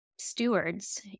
stewards